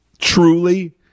Truly